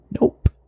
Nope